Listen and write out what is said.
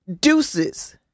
deuces